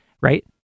right